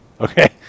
Okay